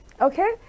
okay